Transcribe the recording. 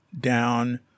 down